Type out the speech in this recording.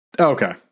Okay